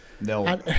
No